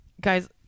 Guys